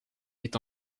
est